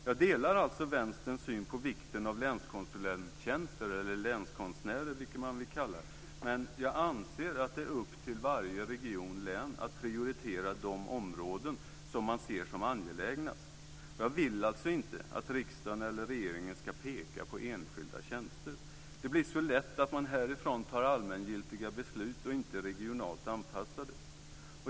Jag delar alltså vänsterns syn på vikten av länskonsulenttjänster eller länskonstnärer, vilket man nu vill kalla dem. Men jag anser att det är upp till varje region eller län att prioritera de områden som man ser som angelägnast. Jag vill alltså inte att riksdagen eller regeringen ska peka på enskilda tjänster. Det blir så lätt att vi härifrån fattar allmängiltiga beslut som inte är regionalt anpassade.